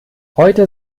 heute